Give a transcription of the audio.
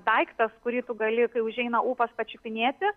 daiktas kurį tu gali kai užeina ūpas pačiupinėti